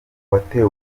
watewe